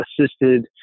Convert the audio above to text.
assisted